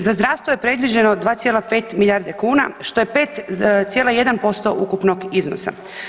Za zdravstvo je predviđeno 2,5 milijarde kuna što je 5,1% ukupnog iznosa.